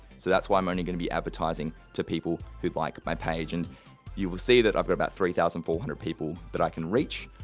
so, that's why i'm only going to be advertising to people who like my page and you will see that i've got about three thousand four hundred that but i can reach.